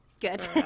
Good